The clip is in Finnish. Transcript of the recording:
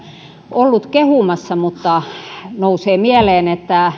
ollut kehumassa mutta nousee mieleen